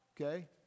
Okay